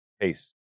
pace